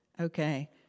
okay